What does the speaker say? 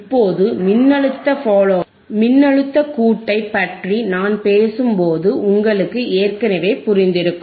இப்போது மின்னழுத்த ஃபாலோயர் மின்னழுத்த கூட்டை பற்றி நான் பேசும்போது உங்களுக்கு ஏற்கனவே புரிந்திருக்கும்